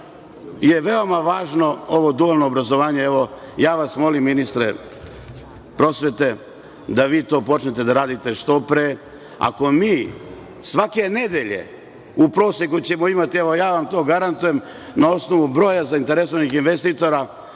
da, veoma je važno ovo dualno obrazovanje. Evo, ja vas molim, ministre prosvete, da vi to počnete da radite što pre. Ako ćemo mi svake nedelje u proseku imati, evo, ja vam to garantujem na osnovu broja zainteresovanih investitora,